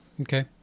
Okay